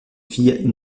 fille